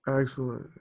Excellent